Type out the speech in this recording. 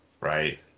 right